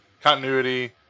continuity